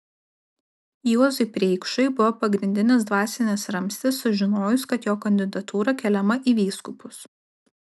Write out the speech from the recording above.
juozui preikšui buvo pagrindinis dvasinis ramstis sužinojus kad jo kandidatūra keliama į vyskupus